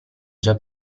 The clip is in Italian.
già